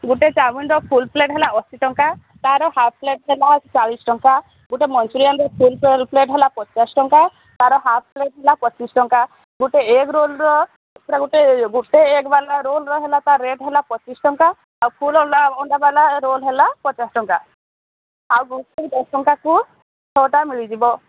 ଗୋଟେ ଚାଓମିନର full plate ହେଲା ଅଶୀ ଟଙ୍କା ତାର ହାଫ୍ ପ୍ଲେଟ୍ ହେଲା ଚାଳିଶ ଟଙ୍କା ଗୋଟେ ମଞ୍ଚୁରିଆନର ଫୁଲ ପ୍ଲେଟ୍ ହେଲା ପଚାଶ ଟଙ୍କା ତାର ହାଫ୍ ପ୍ଲେଟ୍ ହେଲା ପଚିଶ ଟଙ୍କା ଗୋଟେ ଏଗ ରୋଲର ସେଟା ଗୋଟେ ଗୋଟେ ଏଗ ବାଲା ରୋଲର ହେଲା ତାର ରେଟ୍ ହେଲା ପଚିଶ ଟଙ୍କା ଆଉ ଫୁଲ୍ ଅଣ୍ଡାବାଲା ରୋଲ୍ ହେଲା ପଚାଶ ଟଙ୍କା ଆଉ ଗୋଟେ ଦଶ ଟଙ୍କାକୁ ଛଅଟା ମିଳିଯିବ